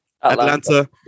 Atlanta